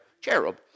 cherub